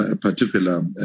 particular